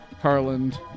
Harland